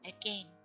Again